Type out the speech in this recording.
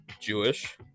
Jewish